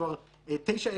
כבר תשע,